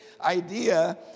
idea